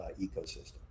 ecosystem